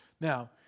Now